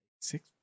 six